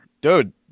Dude